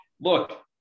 look